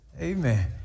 Amen